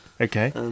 okay